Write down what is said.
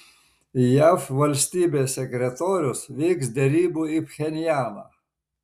jav valstybės sekretorius vyks derybų į pchenjaną